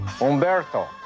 Umberto